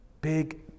Big